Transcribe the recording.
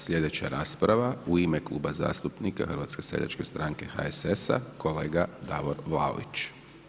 Slijedeća rasprava u ime Kluba zastupnika HSS-a, kolega Davor Vlaović.